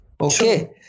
Okay